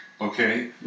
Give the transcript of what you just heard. okay